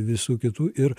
visų kitų ir